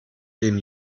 dem